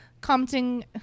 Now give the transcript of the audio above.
commenting